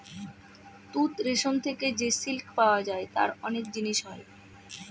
তুত রেশম থেকে যে সিল্ক পাওয়া যায় তার অনেক জিনিস হয়